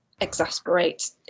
exasperate